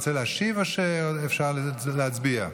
השר רוצה להשיב או שאפשר להצביע?